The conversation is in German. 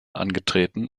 angetreten